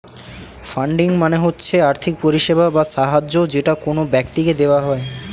funding মানে হচ্ছে আর্থিক পরিষেবা বা সাহায্য যেটা কোন ব্যক্তিকে দেওয়া হয়